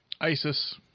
ISIS